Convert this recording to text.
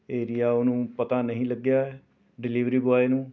area ਉਹਨੂੰ ਪਤਾ ਨਹੀਂ ਲੱਗਿਆ ਡਿਲੀਵਰੀ ਬੋਆਏ ਨੂੰ